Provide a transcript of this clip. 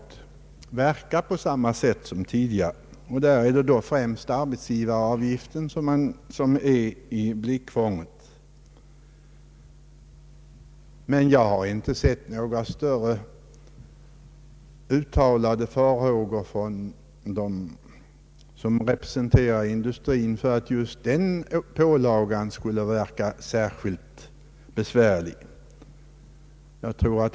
Främst är det väl arbetsgivaravgiften som här är i blickfånget. De som representerar industrin har dock inte uttalat några särskilda farhågor för att just höjningen av arbetsgivaravgiften skulle få särskilt besvärliga verkningar.